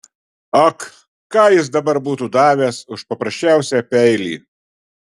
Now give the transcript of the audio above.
ak ką jis dabar būtų davęs už paprasčiausią peilį